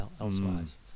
elsewise